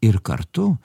ir kartu